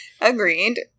Agreed